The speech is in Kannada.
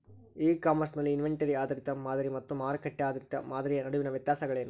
ಇ ಕಾಮರ್ಸ್ ನಲ್ಲಿ ಇನ್ವೆಂಟರಿ ಆಧಾರಿತ ಮಾದರಿ ಮತ್ತು ಮಾರುಕಟ್ಟೆ ಆಧಾರಿತ ಮಾದರಿಯ ನಡುವಿನ ವ್ಯತ್ಯಾಸಗಳೇನು?